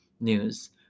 news